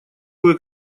кое